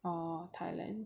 oh Thailand